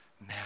now